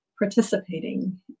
participating